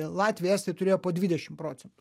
latviai estai turėjo po dvidešimt procentų